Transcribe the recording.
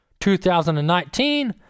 2019